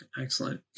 Excellent